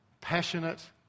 passionate